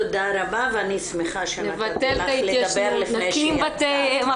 תודה רבה ואני שמחה שנתתי לך לדבר לפני שיצאת.